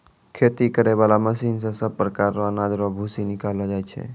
खेती करै बाला मशीन से सभ प्रकार रो अनाज रो भूसी निकालो जाय छै